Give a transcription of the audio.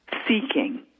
seeking